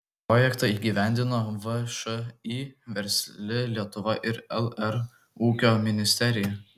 projektą įgyvendino všį versli lietuva ir lr ūkio ministerija